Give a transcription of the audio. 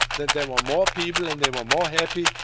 that there were more people and they were more happy,